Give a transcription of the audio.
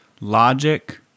logic